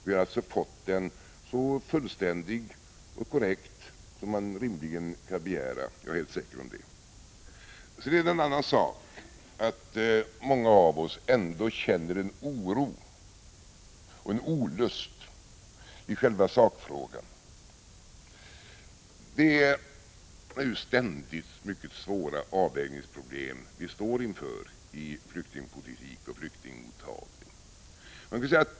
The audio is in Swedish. Vi har alltså fått den så fullständig och korrekt som man rimligen kan begära — jag är helt säker på det. Sedan är det en annan sak att många av oss ändå känner en oro och en olust i själva sakfrågan. Det är ständigt mycket svåra avvägningsproblem som vi står inför i flyktingpolitik och flyktingmottagning.